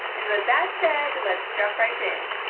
and with that said let's jump right in.